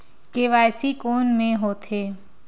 KYC कोन में होथे?